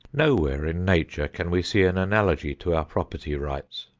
nowhere in nature can we see an analogy to our property rights.